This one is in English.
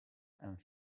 and